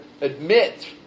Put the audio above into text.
admit